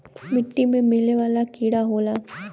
मिट्टी में मिले वाला कीड़ा होला